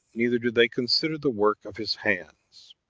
neither do they consider the work of his hands.